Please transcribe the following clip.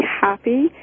happy